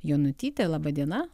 jonutytė laba diena